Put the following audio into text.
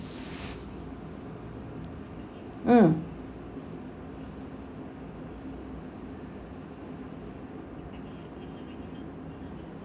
mm